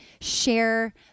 share